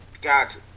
Gotcha